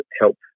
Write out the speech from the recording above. help